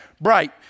bright